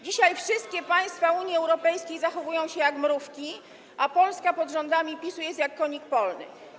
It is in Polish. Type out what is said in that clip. Dzisiaj wszystkie państwa Unii Europejskiej zachowują się jak mrówki, a Polska pod rządami PiS-u jest jak konik polny.